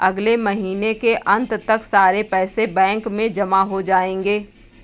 अगले महीने के अंत तक सारे पैसे बैंक में जमा हो जायेंगे